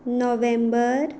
नोव्हेंबर